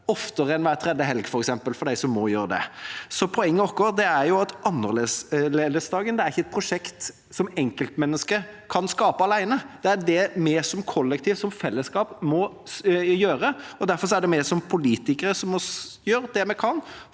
oftere enn hver tredje helg, f.eks., for dem som må gjøre det. Poenget vårt er at annerledesdagen ikke er et prosjekt som enkeltmennesket kan skape alene. Det er det vi kollektivt som fellesskap som må gjøre, og derfor er det vi som politikere som må gjøre det vi kan